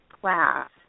class